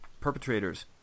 perpetrators